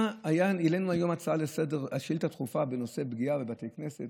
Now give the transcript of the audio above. העלינו היום שאילתה דחופה בנושא פגיעה בבתי כנסת,